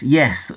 yes